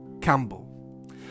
Campbell